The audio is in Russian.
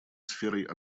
сферой